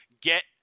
Get